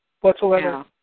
whatsoever